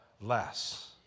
less